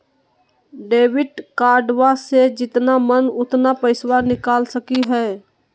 Debit कार्डबा से जितना मन उतना पेसबा निकाल सकी हय?